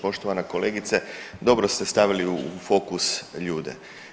Poštovana kolegice dobro ste stavili u fokus ljude.